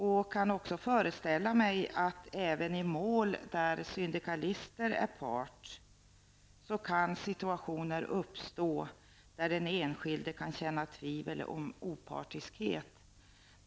Jag kan också föreställa mig att i mål där syndikalister är part kan situationer uppstå där den enskilde kan känna tvivel beträffande opartiskheten.